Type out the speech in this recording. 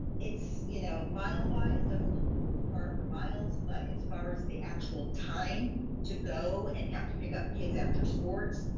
you know mile-wise, doesn't look par for miles, but as far as the actual time to go and have to pick up kids after sports,